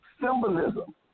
symbolism